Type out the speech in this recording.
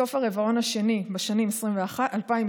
בסוף הרבעון השני, בשנים 2021,